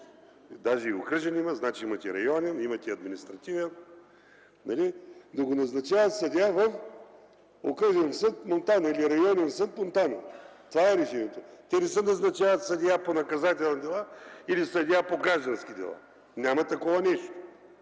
Даже и окръжен да имате, значи има и районен, имате административен. Да го назначаваш съдия в Окръжен съд – Монтана, или Районен съд – Монтана, това е решението. Те не се назначават съдия по наказателни дела или съдия по граждански дела. Няма такова нещо!